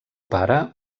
pare